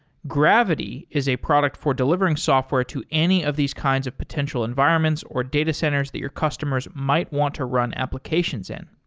gravity is a product for delivering software to any of these kinds of potential environments or data centers that your customers might want to run applications in.